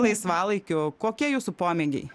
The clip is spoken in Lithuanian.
laisvalaikiu kokie jūsų pomėgiai